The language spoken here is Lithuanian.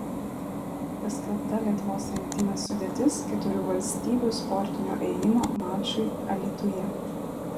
paskelbta lietuvos rinktinės sudėtis keturių valstybių sportinio ėjimo mačui alytuje